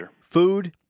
Food